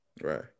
right